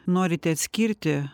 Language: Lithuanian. norite atskirti